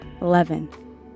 Eleven